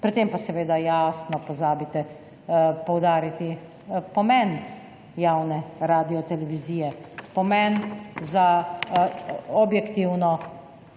Pri tem pa seveda jasno pozabite poudariti pomen javne Radiotelevizije, pomen za objektivno